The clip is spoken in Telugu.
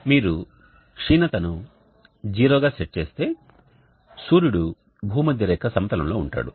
కాబట్టి మీరు క్షీణతను 0 గా సెట్ చేస్తే సూర్యుడు భూమధ్యరేఖ సమతలంలో ఉంటాడు